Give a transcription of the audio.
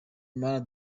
mana